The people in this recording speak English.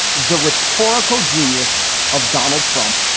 the rhetorical genius of donald trump,